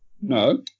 No